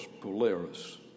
Polaris